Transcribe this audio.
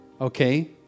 Okay